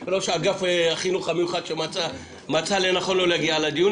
וראש אגף החינוך המיוחד שמצאה לנכון לא להגיע לדיון,